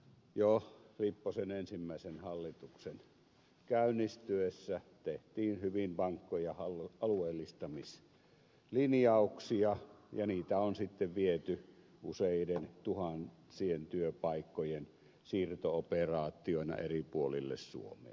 jo lipposen ensimmäisen hallituksen käynnistyessä tehtiin hyvin vankkoja alueellistamislinjauksia ja niitä on sitten viety useiden tuhansien työpaikkojen siirto operaatioina eri puolille suomea